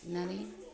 नानै